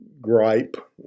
gripe